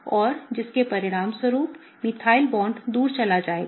और जिसके परिणामस्वरूप मिथाइल बॉन्ड दूर चला जाएगा